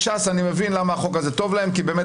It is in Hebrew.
מבין למה החוק הזה טוב לש"ס כי באמת